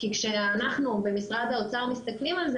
כי כשאנחנו במשרד האוצר מסתכלים על זה